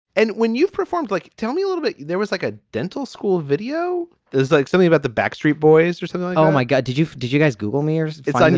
and when you performed like tell me a little bit, there was like a dental school video there's like something about the backstreet boys or something. oh, my god. did you did you guys google mirrors its.